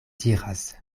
diras